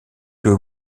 que